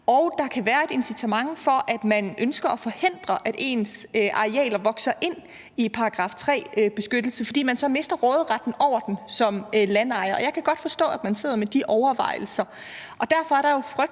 at der kan være et incitament til, at man ønsker at forhindre, at ens arealer vokser ind i § 3-beskyttelse, fordi man så mister råderetten over dem som landejer. Og jeg kan godt forstå, at man sidder med de overvejelser, og derfor er der jo frygt